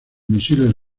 misiles